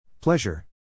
Pleasure